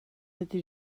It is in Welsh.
ydy